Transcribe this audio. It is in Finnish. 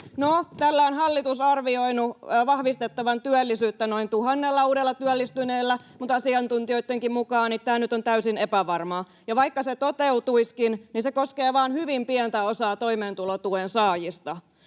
tällä on hallitus arvioinut vahvistettavan työllisyyttä noin tuhannella uudella työllistyneellä, mutta asiantuntijoittenkin mukaan tämä nyt on täysin epävarmaa. Ja vaikka se toteutuisikin, niin se koskee vain hyvin pientä osaa toimeentulotuen saajista.